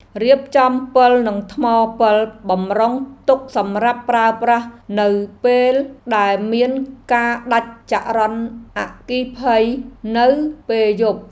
រៀបចំពិលនិងថ្មពិលបម្រុងទុកសម្រាប់ប្រើប្រាស់នៅពេលដែលមានការដាច់ចរន្តអគ្គិភ័យនៅពេលយប់។